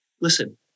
listen